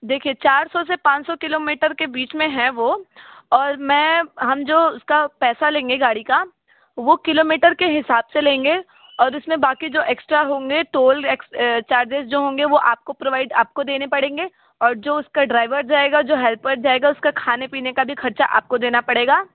देखिए चार सौ से पाँच सौ किलोमीटर के बीच में है वो और मैं हम जो उसका पैसा लेंगे गाड़ी का वो किलोमीटर के हिसाब से लेंगे और उस में बाक़ी जो एक्स्ट्रा होंगें टोल एक्स चारजेज जो होंगे वो आपको प्रवाइड आपको देने पड़ेंगे और जो उसका ड्राइवर जाएगा जो हेल्पर जाएगा उसका खाने पीने का भी ख़र्च आपको देना पड़ेगा